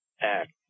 Act